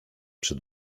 przed